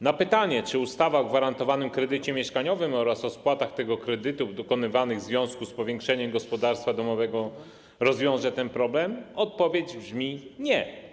Na pytanie, czy ustawa o gwarantowanym kredycie mieszkaniowym oraz o spłatach tego kredytu dokonywanych w związku z powiększeniem gospodarstwa domowego rozwiąże ten problem, odpowiedź brzmi: nie.